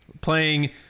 playing